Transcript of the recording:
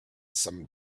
some